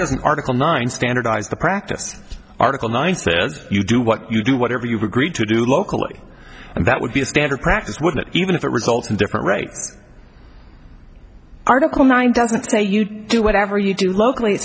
doesn't article nine standardize the practice article nine says you do what you do whatever you've agreed to do locally and that would be a standard practice with it even if it results in different rates article nine doesn't say you do whatever you do locally